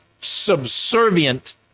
subservient